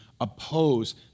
oppose